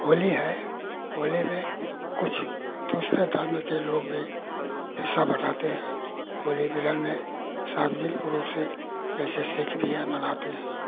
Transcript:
होली है होली में कुछ दूसरे धर्म के लोग भी हिस्सा बाटाते हैं होली मिलन में सार्वजनिक रूप से जैसे सिख भी हैं मनाते हैं